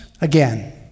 again